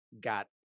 got